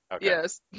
Yes